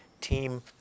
team